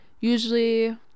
usually